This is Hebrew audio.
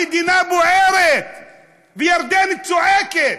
המדינה בוערת וירדן צועקת,